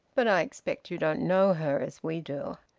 but i expect you don't know her as we do.